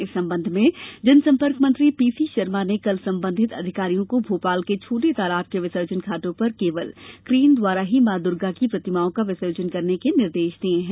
इस संबंध में जनसम्पर्क मंत्री पीसी शर्मा ने कल संबंधित अधिकारियों को भोपाल के छोटे तालाब के विसर्जन घाटों पर केवल क्रेन द्वारा ही मां दुर्गा की प्रतिमाओं का विसर्जन के निर्देश दिए हैं